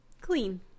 clean